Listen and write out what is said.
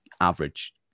average